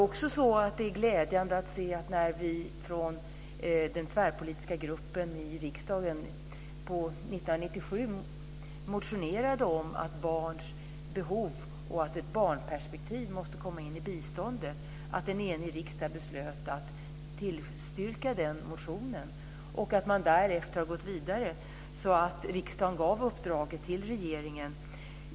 Vi från den tvärpolitiska gruppen i riksdagen motionerade 1997 om barns behov och att ett barnperspektiv måste tas med i biståndssammanhang. Och det var glädjande att en enig riksdag fattade beslut om att bifalla den motionen. Därefter har man gått vidare, och riksdagen gav uppdraget till regeringen.